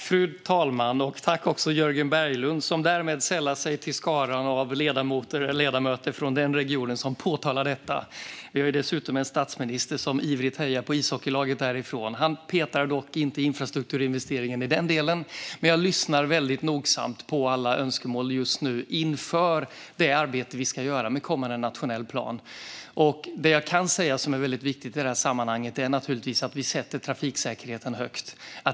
Fru talman! Tack, Jörgen Berglund, som nu sällar sig till skaran av ledamöter från den regionen som påtalar detta! Vi har också en statsminister som ivrigt hejar på ishockeylaget därifrån. Han petar dock inte i infrastrukturinvesteringen. Jag lyssnar dock väldigt noga på alla önskemål just nu inför det arbete vi ska göra med den kommande nationella planen. Det jag kan säga och som är väldigt viktigt i det här sammanhanget är naturligtvis att vi sätter trafiksäkerheten högt.